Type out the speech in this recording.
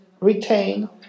retain